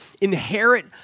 inherit